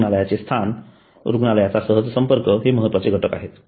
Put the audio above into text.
रुग्णालयाचे स्थान आणि रुग्णालयाचा सहज संपर्क हे महत्त्वाचे घटक आहेत